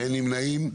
אין נמנעים.